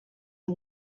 and